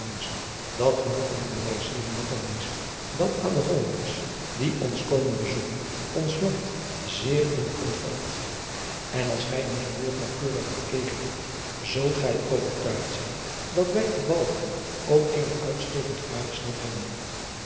dat genoegen hebben wij eeuwen nog al meest dat aan de ollanders die ons komen bezoeken driaan oosjes zn et leven van illegonda uisman ons land zeer in de hand valt en als gij iddelburg naauwkeurig bekeken hebt zult gij overtuigd zijn dat wij op alcheren ook eene uitstekend fraaije stad hebben